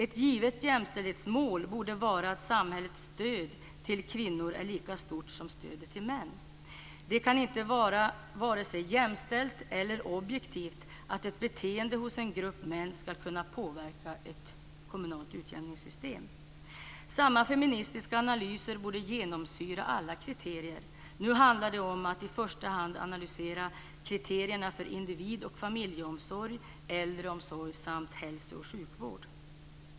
Ett givet jämställdhetsmål borde vara att samhällets stöd till kvinnor blir lika stort som stödet till män. Det kan inte vara vare sig jämställt eller objektivt att ett beteende hos en grupp män skall kunna påverka ett kommunalt utjämningssystem. Samma feministiska analyser borde genomsyra alla kriterier. Nu handlar det om att i första hand analysera kriterierna för individ och familjeomsorg, äldreomsorg samt hälso och sjukvård.